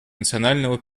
национального